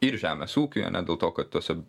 ir žemės ūkiui ane dėl to kad tose